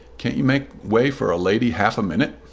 can't you make way for a lady half a minute?